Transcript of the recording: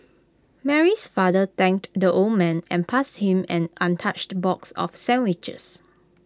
Mary's father thanked the old man and passed him an untouched box of sandwiches